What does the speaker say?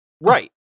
right